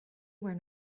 were